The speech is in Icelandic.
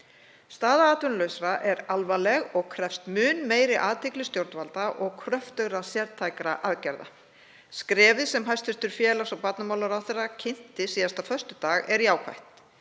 Staða atvinnulausra er alvarleg og krefst mun meiri athygli stjórnvalda og kröftugra, sértækra aðgerða. Skrefið sem hæstv. félags- og barnamálaráðherra kynnti síðasta föstudag er jákvætt.